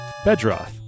Bedroth